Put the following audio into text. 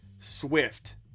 Swift